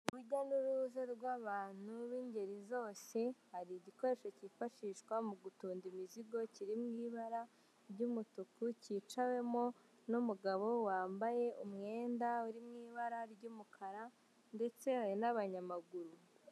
Urujya nuruza rw'abantu bingeri zose hari igikoresho kifashishwa mu gutunda imizogo kiri mu ibara ry'umutuku kicawemo n'umugabo wambaye umwenda iri mu ibara ry'umukara ndetse hari n'abanyamaguru.